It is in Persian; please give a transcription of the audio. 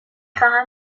خواهم